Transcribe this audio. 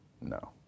no